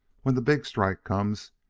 when the big strike comes,